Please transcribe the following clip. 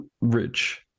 rich